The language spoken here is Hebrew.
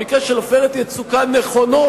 במקרה של "עופרת יצוקה" נכונות,